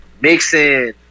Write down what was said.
mixing